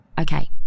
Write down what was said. Okay